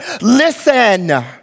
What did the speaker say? listen